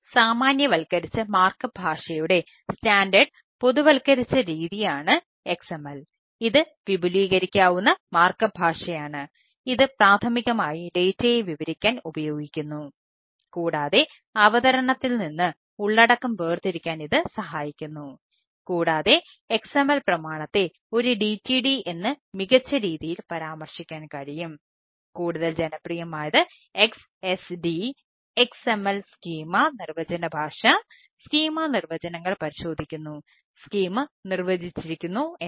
സാമാന്യവൽക്കരിച്ച മാർക്ക്അപ്പ് നിർവചിച്ചിരിക്കുന്നോ എന്ന്